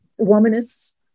womanists